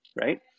Right